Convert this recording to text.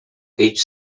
each